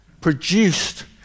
produced